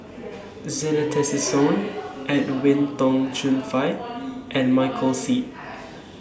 Zena Tessensohn Edwin Tong Chun Fai and Michael Seet